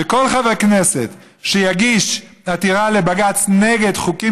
וכל חבר כנסת שיגיש עתירה לבג"ץ נגד חוקים